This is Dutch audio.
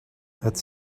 het